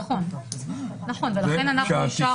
נכון, ולכן אנחנו אישרנו.